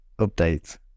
update